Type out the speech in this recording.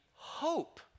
hope